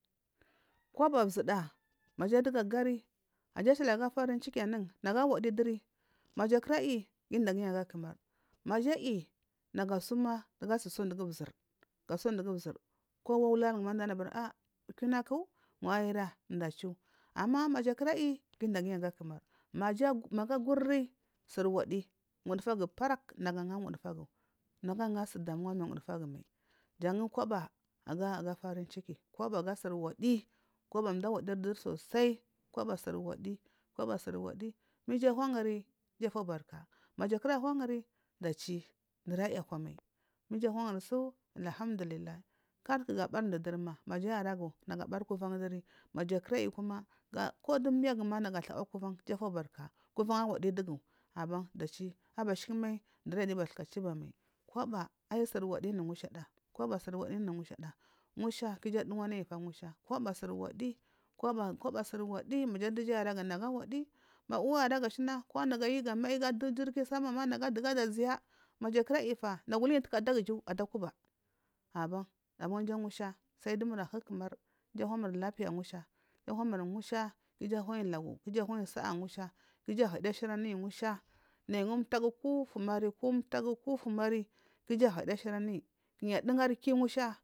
Koba zuda maja duga agari naja ashili aga farim ciki anun nagu awaduri maja kiva ayi giyi inda diyi aga kumar. Maja ayi nagu asuma ga asi suwu dugu zuru kowa ngu ularin ngu ma kiyu ku mdu ediu ama muja kira ayi gi dagiyi aya kumar maja magu aguri siri wadi wufufagu paraku na anya wudufagu nagu anga sun da nuwu ari ungufagu jan kobo aga farin ciki jau kobo aga siri wdi kobo umdu awadiri sasa kobo suri wadi ma iju ahungu iju apuhanka naja kira anang dadu su ayi komai ma iju anaguri su. Alhandullahi har gu abari mdu duri ma maja ani aragu har ga abari kuvan durima maja kiva ayi kuma ko du miyu gu nagu athawa kulan iju afubarka kuban angulugu abashikimai undiru ayi giya bathka chiba mai ayi koba suri wadi niagusha ayi koha suri wadini nyushada. Ngusha ku iju aduwanaji ngusha koba suri wadiyi maja duja ayi aragu nagu awadi maja dija ayi aragu ko jiliki sama ma nagu adakuwa maja kira ayi taya nagu uluyi ada kuba adaguju aban aban adaguju abau aban ja ngusha sai dumur ahu ku mar iju ahumur ngusha ku iju anayi lagu ku iju ahidiga athuri ayi ngusha nayi ko umtagu ko ufumari ki ifi. aro li oki ajadoga asjiro a. ouo li mauo adigaro lo mgisja